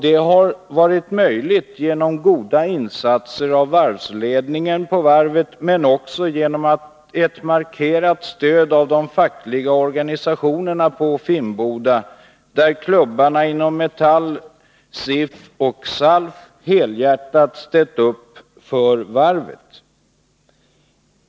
Det har varit möjligt genom goda insatser av varvsledningen men också genom ett markerat stöd av de fackliga organisationerna på Finnboda, där klubbarna inom Metall, SIF och SALF helhjärtat har ställt upp för varvet.